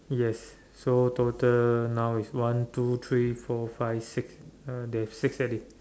yes so total now is one two three four five six uh there is six already